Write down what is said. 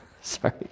Sorry